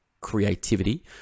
creativity